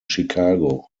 chicago